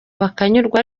bakanyurwa